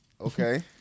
Okay